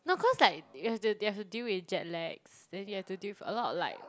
no cause like you have to they have to deal with jet lags then you have to deal with a lot like